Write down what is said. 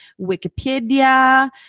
Wikipedia